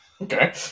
Okay